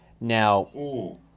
Now